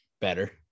better